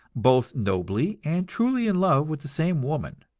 both nobly and truly in love with the same woman.